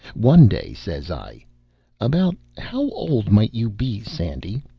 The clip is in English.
one day, says i about how old might you be, sandy?